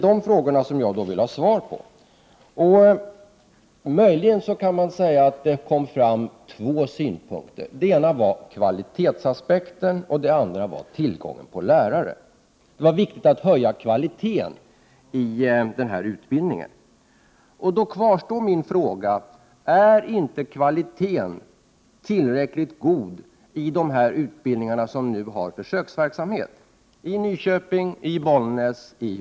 Dessa frågor vill jag ha svar på. Möjligen kan man säga att det av Berit Löfstedts anförande kom fram två synpunkter. Den ena rör kvalitetsaspekten och den andra tillgången på lärare. Det är enligt Berit Löfstedt viktigt att höja kvaliteten i utbildningen. Då kvarstår min fråga: Är inte kvaliteten tillräckligt god i de utbildningar i Nyköping, Bollnäs och Ljungby, där det nu bedrivs en försöksverksamhet?